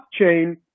blockchain